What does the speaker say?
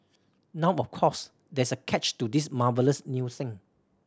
now of course there is a catch to this marvellous new thing